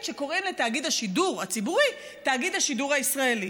שקוראים לתאגיד השידור הציבורי תאגיד השידור הישראלי.